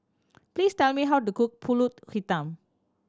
please tell me how to cook Pulut Hitam